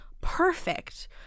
perfect